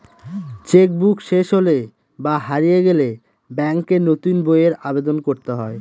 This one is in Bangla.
চেক বুক শেষ হলে বা হারিয়ে গেলে ব্যাঙ্কে নতুন বইয়ের আবেদন করতে হয়